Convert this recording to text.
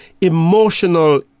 emotional